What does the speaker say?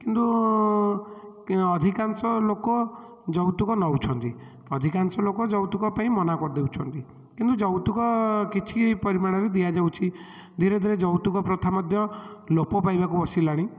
କିନ୍ତୁ ଅଧିକାଂଶ ଲୋକ ଯୌତୁକ ନେଉଛନ୍ତି ଅଧିକାଂଶ ଲୋକ ଯୌତୁକ ପାଇଁ ମନା କରି ଦେଉଛନ୍ତି କିନ୍ତୁ ଯୌତୁକ କିଛି ପରିମାଣରେ ଦିଆଯାଉଛି ଧୀରେ ଧୀରେ ଯୌତୁକ ପ୍ରଥା ମଧ୍ୟ ଲୋପ ପାଇବାକୁ ବସିଲାଣି